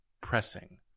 pressing